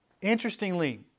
Interestingly